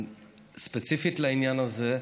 ספציפית לעניין הזה,